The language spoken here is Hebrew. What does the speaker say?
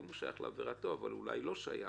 אם הוא שייך לעבירה טוב, אבל אולי הוא לא שייך